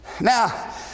Now